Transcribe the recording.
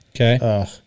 Okay